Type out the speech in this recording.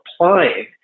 applying